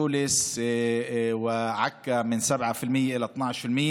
ג'וליס ועכו, מ-7% ל-12%.